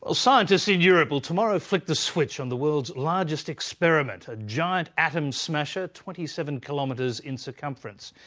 ah scientists in europe will tomorrow flick the switch on the world's largest experiment, a giant atom smasher twenty seven kilometres in circumference.